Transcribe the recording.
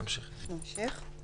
אפשר להמשיך.